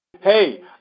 Hey